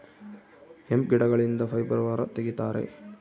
hemp ಗಿಡಗಳಿಂದ fibre ಹೊರ ತಗಿತರೆ